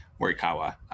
Morikawa